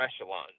echelon